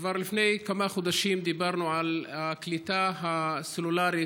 כבר לפני כמה חודשים דיברנו על הקליטה הסלולרית